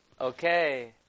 Okay